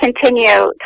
continue